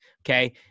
Okay